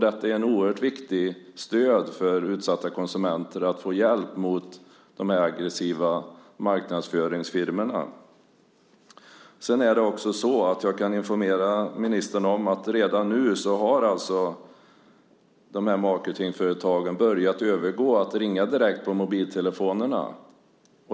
De är ett oerhört viktigt stöd för utsatta konsumenter när det gäller att få hjälp mot de aggressiva marknadsföringsfirmorna. Jag kan också informera ministern om att redan nu har marketingföretagen börjat övergå till att ringa direkt till mobiltelefonerna.